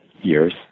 years